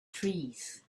trees